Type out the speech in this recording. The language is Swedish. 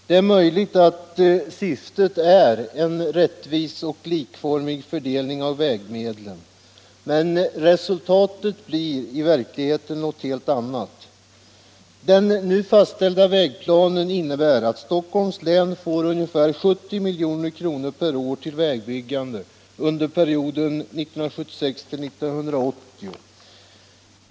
Det är möjligt att syftet är en rättvis och likformig fördelning av vägmedlen, men resultatet blir i verkligheten något helt annat. Den nu fastställda vägplanen innebär att Stockholms län får ungefär 70 milj.kr. per år till vägbyggande under perioden 1976-1980.